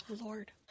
Lord